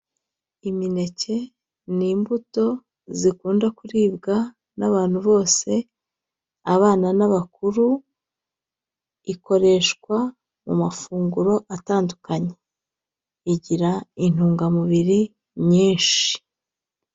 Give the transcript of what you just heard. Imineke ni imbuto zikunda kuribwa n'abantu bose, abana n'abakuru, ikoreshwa mu mafunguro atandukanye, igira intungamubiri nyinshi.